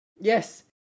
Yes